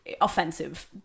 offensive